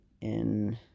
in-